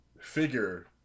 figure